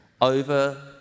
...over